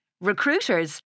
Recruiters